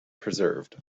preserved